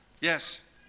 Yes